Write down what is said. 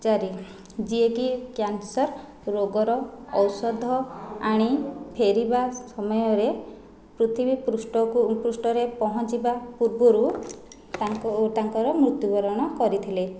ଚାରୀ ଯିଏକି କ୍ୟାନ୍ସର ରୋଗର ଔଷଧ ଆଣି ଫେରିବା ସମୟରେ ପୃଥିବୀ ପୃଷ୍ଠକୁ ପୃଷ୍ଠରେ ପହଞ୍ଚିବା ପୂର୍ବରୁ ତାଙ୍କୁ ତାଙ୍କର ମୃତ୍ୟୁବରଣ କରିଥିଲେ